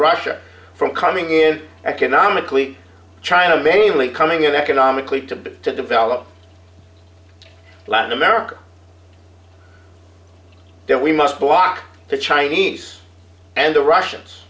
russia from coming in economically china mainly coming in economically to to develop latin america then we must block the chinese and the russians